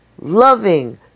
Loving